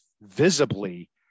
visibly